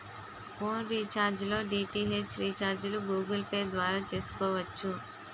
phone recharge లో DTH రీఛార్జిలు Google Pay ద్వారా చేసుకోవచ్చు